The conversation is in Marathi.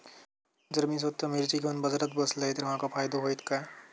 जर मी स्वतः मिर्ची घेवून बाजारात बसलय तर माका फायदो होयत काय?